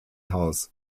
haus